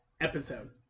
episode